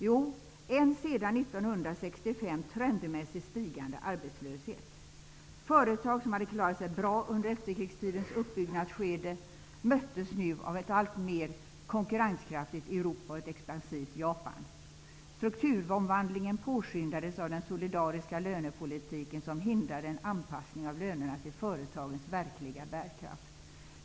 Jo, en sedan 1965 trendmässigt stigande arbetslöshet. Företag som hade klarat sig bra under efterkrigstidens uppbyggnadsskede möttes nu av ett allt mer konkurrenskraftigt Europa och ett expansivt Japan. Strukturomvandlingen påskyndades av den solidariska lönepolitiken, som hindrade en anpassning av lönerna till företagens verkliga bärkraft.